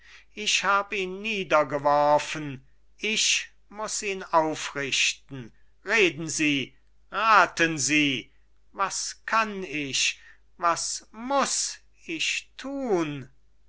ich hab ihn niedergeworfen ich muß ihn aufrichten reden sie rathen sie was kann ich was muß ich thun